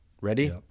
Ready